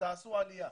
תעשו עלייה.